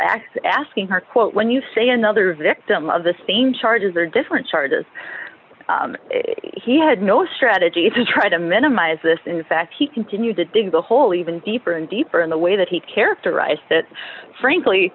acts asking her quote when you say another victim of the same charges or different charges he had no strategy to try to minimize this in fact he continued to dig a hole even deeper and deeper in the way that he characterized it frankly